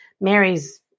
Mary's